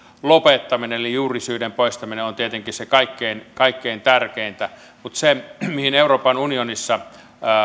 lopettaminen eli juurisyiden poistaminen on tietenkin kaikkein kaikkein tärkeintä mutta se mihin euroopan unionissa